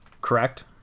correct